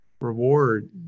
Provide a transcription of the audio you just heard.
reward